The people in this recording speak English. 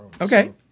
Okay